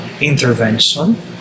intervention